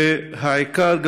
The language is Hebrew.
4. והעיקר,